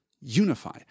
unify